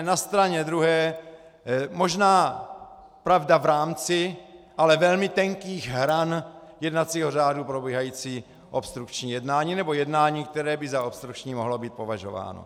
Na straně druhé, možná, pravda, v rámci ale velmi tenkých hran jednacího řádu probíhající obstrukční jednání, nebo jednání, které by za obstrukční mohlo být považováno.